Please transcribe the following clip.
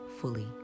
fully